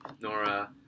Nora